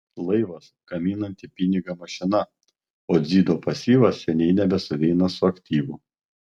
laivas gaminanti pinigą mašina o dzido pasyvas seniai nebesueina su aktyvu